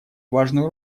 важную